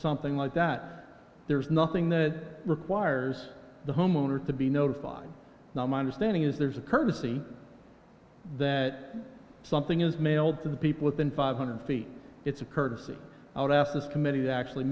something like that there is nothing that requires the homeowner to be notified now my understanding is there's a courtesy that something is mailed to the people within five hundred feet it's a courtesy out after this committee that actually